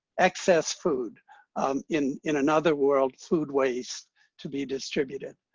excess food um in in another world, food waste to be distributed.